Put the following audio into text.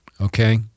okay